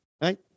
right